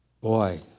Boy